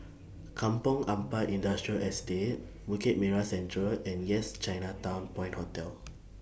Kampong Ampat Industrial Estate Bukit Merah Central and Yes Chinatown Point Hotel